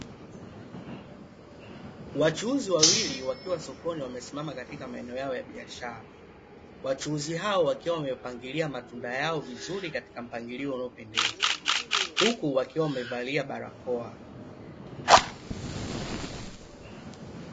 Wachuuzi wawili wakiwa sokoni wamesimama katika maeneo yao ya biashara. Wachuuzi hao wakiwa wamepangilia matunda yao vizuri katika mpangilio uliopendeza, huku wakiwa wamevalia barakoa.